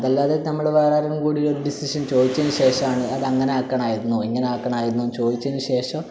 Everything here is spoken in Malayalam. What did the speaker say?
അല്ലാതെ നമ്മൾ വേറെ ആരോടും കൂടി ഒരു ഡിസിഷൻ ചോദിച്ചതിന് ശേഷമാണ് അതങ്ങനെ ആക്കണമായിരുന്നോ ഇങ്ങനെ ആക്കണമായിരുന്നോ എന്ന് ചോദിച്ചതിന് ശേഷം